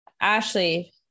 Ashley